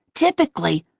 typically,